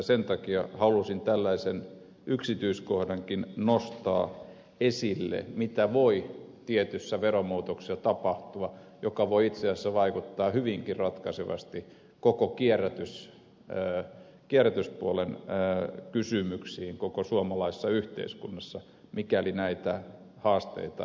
sen takia halusin tällaisen yksityiskohdankin nostaa esille mitä voi tietyssä veromuutoksessa tapahtua joka voi itse asiassa vaikuttaa hyvinkin ratkaisevasti koko kierrätyspuolen kysymyksiin koko suomalaisessa yhteiskunnassa mikäli näitä haasteita ei pystytä ratkaisemaan